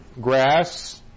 grass